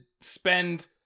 spend